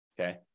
okay